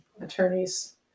attorneys